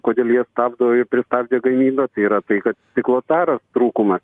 kodėl jie stabdo i pristabdė gamybą tai yra tai kad stiklo taros trūkumas